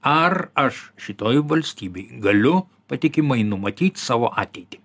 ar aš šitoj valstybėj galiu patikimai numatyt savo ateitį